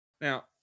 Now